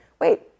Wait